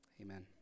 Amen